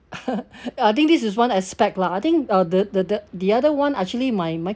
I think this is one aspect lah I think uh the the the other [one] actually might might